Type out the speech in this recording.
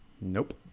Nope